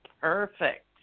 perfect